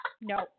no